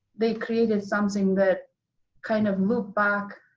they created something that kind of looks back,